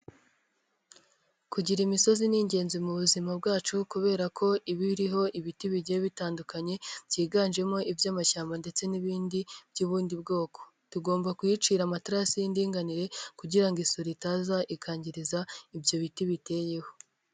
Kugira imisozi ni ingenzi mu buzima bwacu kubera ko iba iriho ibiti bigiye bitandukanye byiganjemo iby'amashyamba ndetse n'ibindi by'ubundi bwoko. Tugomba kuyicira amatarasi y'indinganire kugira isuri itaza ikangiriza ibyo biti biteyeho.